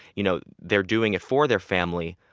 you know they're doing it for their family,